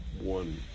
one